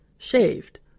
shaved